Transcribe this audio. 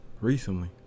recently